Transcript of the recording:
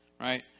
Right